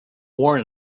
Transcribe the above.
worn